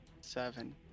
seven